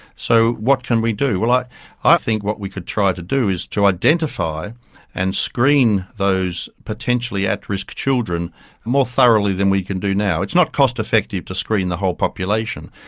so what can we do? i i think what we could try to do is to identify and screen those potentially at-risk children more thoroughly than we can do now. it is not cost effective to screen the whole population,